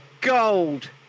gold